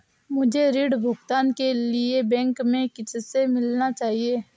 मुझे ऋण भुगतान के लिए बैंक में किससे मिलना चाहिए?